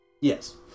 Yes